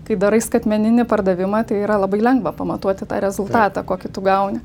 kai darai skaitmeninį pardavimą tai yra labai lengva pamatuoti tą rezultatą kokį tu gauni